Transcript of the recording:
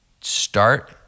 start